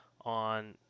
on